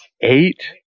eight